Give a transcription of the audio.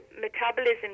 metabolism